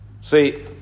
See